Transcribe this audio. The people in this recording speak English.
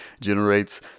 generates